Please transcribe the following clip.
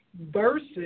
versus